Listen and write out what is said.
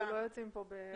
לא יוצאים כאן בהצהרות,